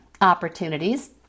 opportunities